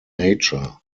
nature